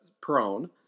prone